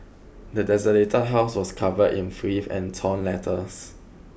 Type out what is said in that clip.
the desolated house was covered in filth and torn letters